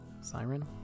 Siren